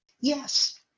Yes